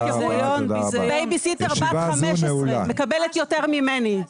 בייביסיטר בת 15 מקבלת יותר ממני.